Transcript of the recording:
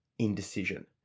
indecision